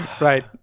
Right